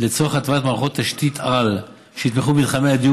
לצורך התוויית מערכות תשתיות-על שיתמכו במתחמי דיור